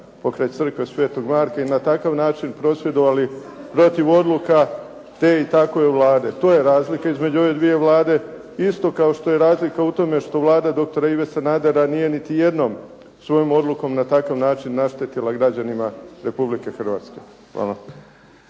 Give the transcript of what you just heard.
pokraj Crkve Sv. Marka i na takav način prosvjedovali protiv odluka te i takve Vlade. To je razlika između ove dvije Vlade. Isto kao što je i razlika u tome što Vlada dr. Ive Sanadera nije niti jednom svojom odlukom na takav način naštetila građanima Republike Hrvatske. Hvala.